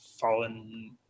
fallen